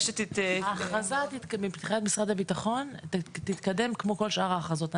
האכרזה מבחינת משרד הביטחון תתקדם כמו כל שאר האכרזות.